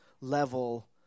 level